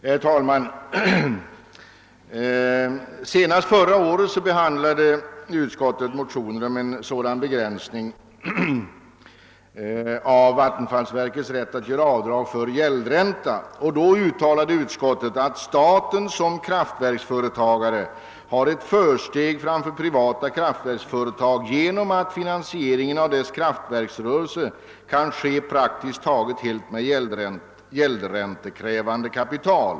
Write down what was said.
Herr talman! Senast förra året behandlade utskottet motioner om en begränsning av vattenfallsverkets rätt att göra avdrag för gäldränta, och då uttalade utskottet »att staten som kraftverksföretagare hade ett:försteg framför privata kraftverksföretag genom att finansieringen av dess kraftverksrörelse kunde ske praktiskt taget helt med gäldräntekrävande kapital».